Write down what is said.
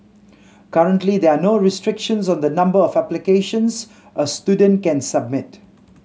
currently there are no restrictions of the number of applications a student can submit